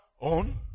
own